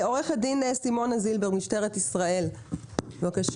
עורכת דין סימונה זילבר ממשטרת ישראל, בבקשה.